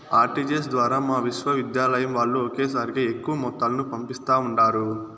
RTGS ద్వారా మా విశ్వవిద్యాలయం వాల్లు ఒకేసారిగా ఎక్కువ మొత్తాలను పంపిస్తా ఉండారు